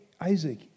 Isaac